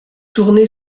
tournée